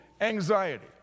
anxiety